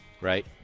Right